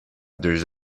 deux